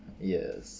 yes